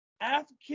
African